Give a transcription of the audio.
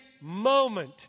moment